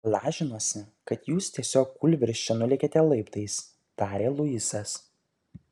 lažinuosi kad jūs tiesiog kūlvirsčia nulėkėte laiptais tarė luisas